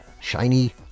shiny